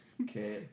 Okay